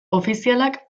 ofizialak